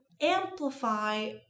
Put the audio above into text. amplify